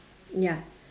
ya